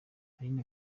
aline